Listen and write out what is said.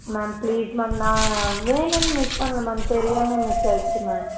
ma'am please ma'am நான் வேணுன்னு miss பண்ணல மேம் தெரியாமல் மிஸ் ஆயிடுச்சு மேம்